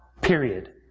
period